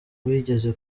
wigeze